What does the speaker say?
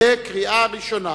קריאה ראשונה.